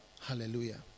Hallelujah